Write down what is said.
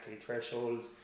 thresholds